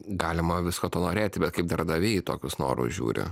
galima visko to norėti bet kaip darbdaviai į tokius norus žiūri